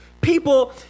People